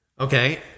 okay